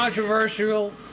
Controversial